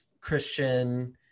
Christian